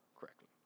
correctly